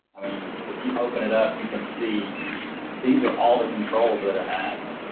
i mean if you open it up, you can see these are all the controls that it has.